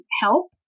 help